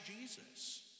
Jesus